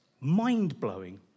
mind-blowing